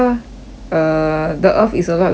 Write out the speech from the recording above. err the earth is a lot lighter lah